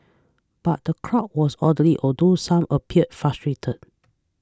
but the crowd was orderly although some appeared frustrated